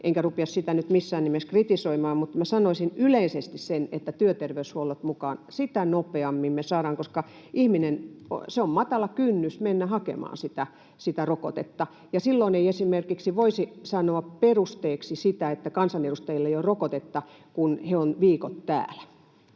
enkä rupea sitä nyt missään nimessä kritisoimaan, mutta sanoisin yleisesti sen, että työterveyshuollot mukaan. Sitä nopeammin me saadaan, koska siellä on matala kynnys mennä hakemaan sitä rokotetta ja silloin ei esimerkiksi voisi sanoa perusteeksi sille, että kansanedustajilla ei ole rokotetta, että he ovat viikot täällä.